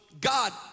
God